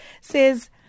says